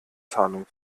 zahlung